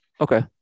Okay